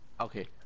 okay